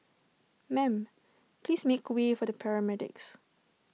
ma'am please make way for the paramedics